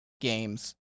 games